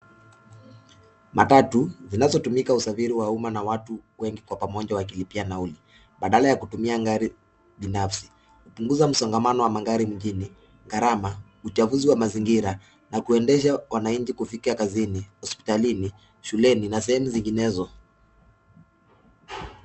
Matatu zinazotumika usafiri wa umma na watu wengi kwa pamoja na kulipia nauli badala ya kutumia gari binafsi kupunguza msongamano wa magari mjini, gharama, uchafuzi wa mazingira na kuendesha wananchi kufika kazini ,hospitalini, shuleni na sehemu zinginezo.